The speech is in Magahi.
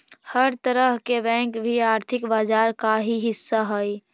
हर तरह के बैंक भी आर्थिक बाजार का ही हिस्सा हइ